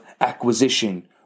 acquisition